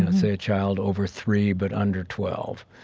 ah say a child over three but under twelve.